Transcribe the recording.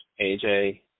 AJ